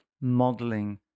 Modeling